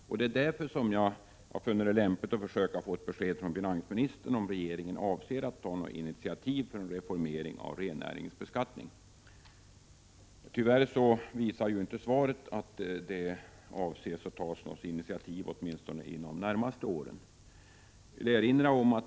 Det är av denna anledning som jag funnit det lämpligt att försöka få besked från finansministern om regeringen avser att ta initiativ till en reformering av rennäringens beskattning. Tyvärr framgår det inte av svaret att man avser att ta något initiativ, åtminstone inte inom de närmaste åren.